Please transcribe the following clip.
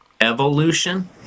Evolution